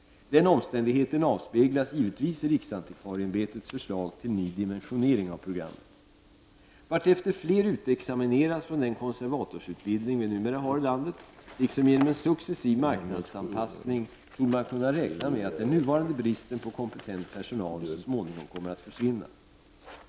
Denna omständighet avspeglas givetvis i riksantikvarieämbetets förslag till ny dimensionering av programmet. Varefter fler utexamineras från den konservatorsutbildning vi numera har i landet, liksom genom en successiv marknadsanpassning, torde man kunna räkna med att den nuvarande bristen på kompetent personal så småningom kommer att försvinna.